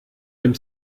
dem